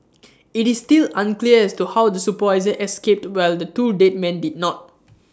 IT is still unclear as to how the supervisor escaped while the two dead men did not